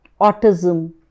autism